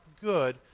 good